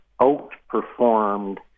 outperformed